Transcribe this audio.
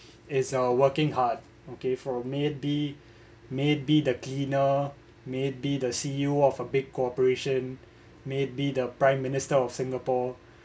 is uh working hard okay for maybe maybe the cleaner maybe the C_E_O of a big corporation maybe the prime minister of singapore